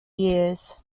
years